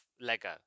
lego